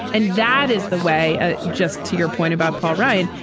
and that is the way, ah just to your point about paul ryan,